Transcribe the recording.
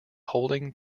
holding